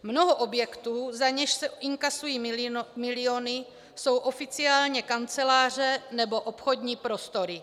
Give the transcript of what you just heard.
Mnoho objektů, za něž se inkasují miliony, jsou oficiálně kanceláře nebo obchodní prostory.